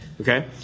Okay